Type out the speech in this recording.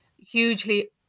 hugely